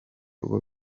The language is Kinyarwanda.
uwo